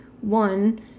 one